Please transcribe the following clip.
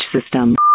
system